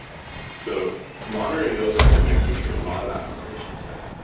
so monitoring those kind of things, we've seen a lot of applications in.